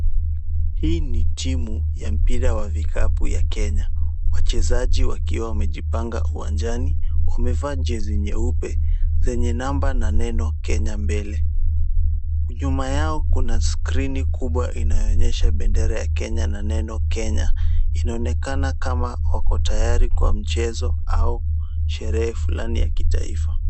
Hii ni timu ya mpira wa vikapu ya Kenya, wachezaji wakiwa wamejipanga uwanjani, wamevaa jezi nyeupe, zenye number na neno Kenya mbele. Nyuma yao kuna screen kubwa inayo onyesha bendera ya Kenya na neno Kenya. Inaonekana kama wako tayari kwa mchezo au sherehe fulani ya kitaifa.